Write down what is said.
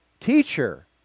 Teacher